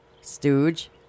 stooge